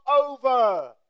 over